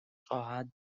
خواهد